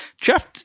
Jeff